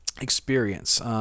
experience